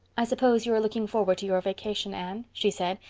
i suppose you are looking forward to your vacation, anne? she said,